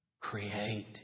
Create